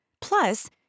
Plus